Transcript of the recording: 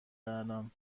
الان